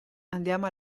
andiamo